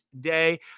day